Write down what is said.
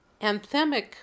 anthemic